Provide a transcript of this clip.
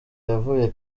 yavuye